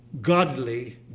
godly